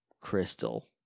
crystal